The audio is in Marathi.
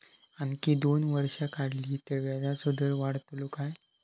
आणखी दोन वर्षा वाढली तर व्याजाचो दर वाढतलो काय?